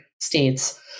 states